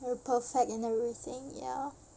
you're perfect in everything ya